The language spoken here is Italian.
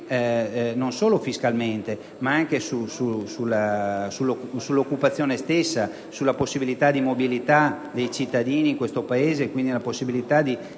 non solo fiscalmente, ma anche sull'occupazione stessa, sulla possibilità di mobilità dei cittadini nel Paese e quindi la possibilità di